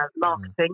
marketing